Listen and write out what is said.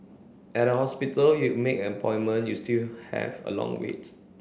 at a hospital you make an appointment you still have a long wait